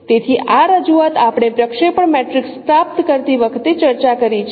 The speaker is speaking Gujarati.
તેથી આ રજૂઆત આપણે પ્રક્ષેપણ મેટ્રિક્સ પ્રાપ્ત કરતી વખતે ચર્ચા કરી છે